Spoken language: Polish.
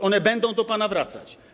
One będą do pana wracać.